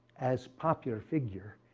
as popular figure,